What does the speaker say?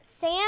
Sam